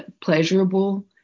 pleasurable